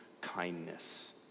kindness